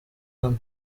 hano